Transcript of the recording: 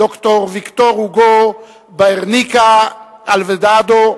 ד"ר ויקטור הוגו ברניקה אלוורדו,